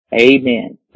Amen